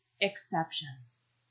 exceptions